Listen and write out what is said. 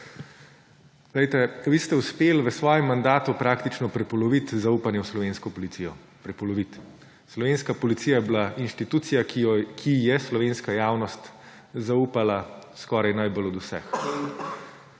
Vi ste uspeli v svojem mandatu praktično prepoloviti zaupanje v slovensko policijo. Slovenska policija je bila inštitucija, ki ji je slovenska javnost zaupala skoraj najbolj od vseh.